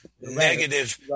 negative